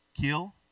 Kill